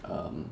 um